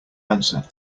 answer